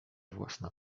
własna